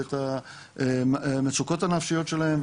ואת המצוקות הנפשיות שלהם,